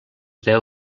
deu